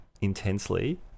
intensely